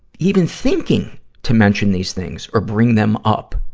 even thinking to mention these things or bring them up,